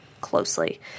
closely